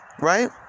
right